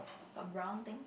got brown thing